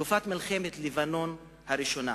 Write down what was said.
תקופת מלחמת לבנון הראשונה.